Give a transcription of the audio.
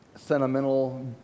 sentimental